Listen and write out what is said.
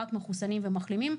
רק מחוסנים ומחלימים,